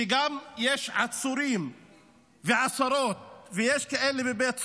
גם יש עצורים ועשרות, ויש כאלה בבית סוהר.